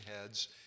heads